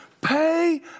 Pay